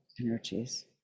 energies